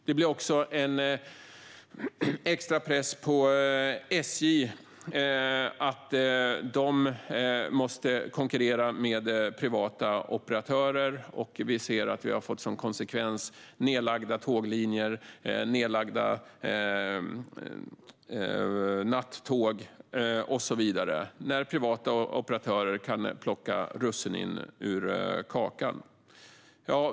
Det blir också en extra press på SJ, som måste konkurrera med privata operatörer. Vi ser att vi som konsekvens har fått nedlagda tåglinjer, nedlagda nattåg och så vidare, när privata aktörer kan plocka russinen ur kakan.